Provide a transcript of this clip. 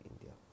India